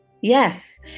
Yes